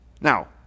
Now